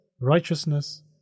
righteousness